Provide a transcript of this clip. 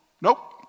Nope